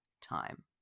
time